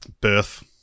birth